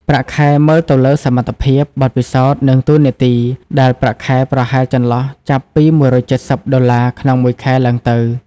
ប្រាក់ខែមើលទៅលើសមត្ថភាព បទពិសោធន៍ និងតួនាទី ដែលប្រាក់ខែប្រហែលចន្លោះចាប់ពី១៧០ដុល្លារក្នុងមួយខែឡើងទៅ។